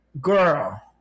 Girl